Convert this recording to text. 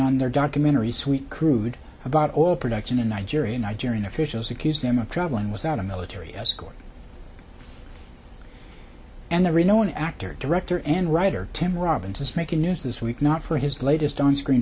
on their documentary sweet crude about oil production in nigeria nigerian officials accuse them of traveling without a military escort and every known actor director and writer tim robbins is making news this week not for his latest onscreen